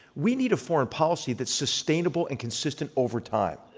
we need a foreign policy that's sustainable and consistent over time,